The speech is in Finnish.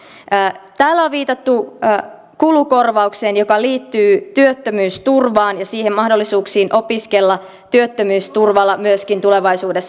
täällä on viitattu kulukorvaukseen joka liittyy työttömyysturvaan ja mahdollisuuksiin opiskella työttömyysturvalla myöskin tulevaisuudessa